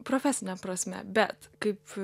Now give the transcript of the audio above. profesine prasme bet kaip